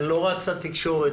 אני לא רץ לתקשורת,